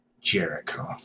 jericho